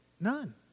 None